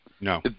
No